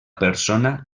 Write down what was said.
persona